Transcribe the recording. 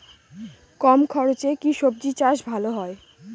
কম খরচে কি সবজি চাষ ভালো হয়?